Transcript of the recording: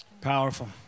Powerful